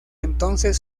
entonces